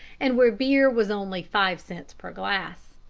and where beer was only five cents per glass.